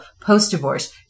post-divorce